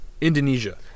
Indonesia